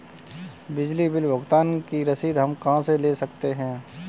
बिजली बिल भुगतान की रसीद हम कहां से ले सकते हैं?